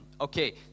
Okay